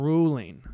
Ruling